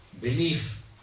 belief